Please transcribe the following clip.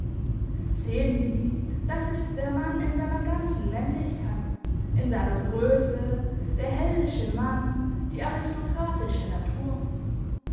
sehen sie das ist der mann in seiner ganzen männlichkeit in seiner grösse der heldische mann die aristokratische natur